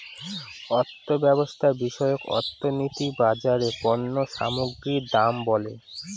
অর্থব্যবস্থা বিষয়ক অর্থনীতি বাজারে পণ্য সামগ্রীর দাম বলে